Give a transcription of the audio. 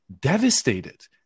devastated